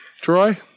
Troy